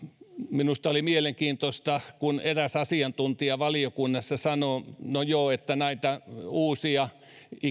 minusta oli mielenkiintoista kun eräs asiantuntija valiokunnassa sanoi että no joo näitä uusia